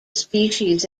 species